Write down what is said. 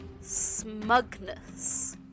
smugness